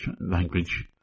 language